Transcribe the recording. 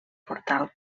portal